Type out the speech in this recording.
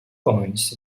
points